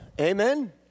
Amen